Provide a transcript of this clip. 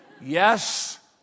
yes